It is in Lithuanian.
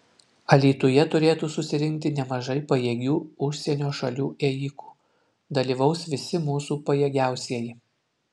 alytuje turėtų susirinkti nemažai pajėgių užsienio šalių ėjikų dalyvaus visi mūsų pajėgiausieji